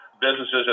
businesses